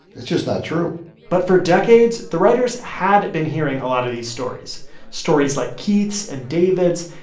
it's just not true but for decades, the writers had been hearing a lot of these stories stories like keith's and david's.